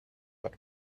but